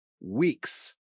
weeks